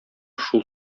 шул